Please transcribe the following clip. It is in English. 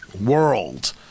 world